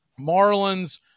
Marlins